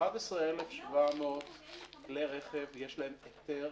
ל-11,700 יש היתר